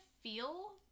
feel